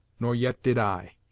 nor yet did i.